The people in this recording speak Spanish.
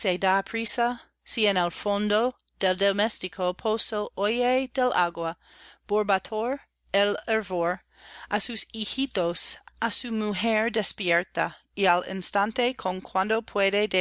en el fondo del doméstico pozo oye del agua borbotar el hervor á sus hijitos á su mujer despierta y al instante con cuanto puede